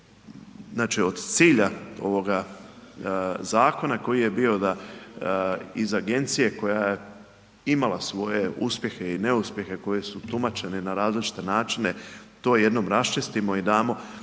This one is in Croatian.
Znači, od cilja ovoga zakona koji je bio da iz agencija koja je imala svoje uspjehe i neuspjehe koji su tumačeni na različite načine to jednom raščistimo i damo